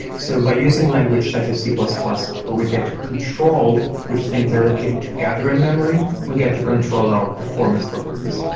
so by using language such as c plus plus, we get to control which things are located together in memory. we'll get to control our performance properties.